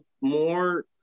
more